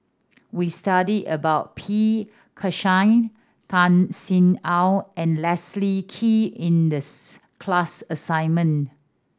we studied about P Krishnan Tan Sin Aun and Leslie Kee in the class assignment